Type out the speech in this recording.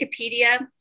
wikipedia